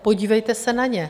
Podívejte se na ně.